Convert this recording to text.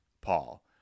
Paul